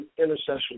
intercession